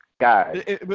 Guys